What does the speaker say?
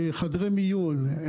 חדרי מימון,